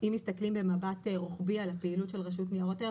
אם מסתכלים במבט רוחבי על הפעילות של רשות ניירות ערך,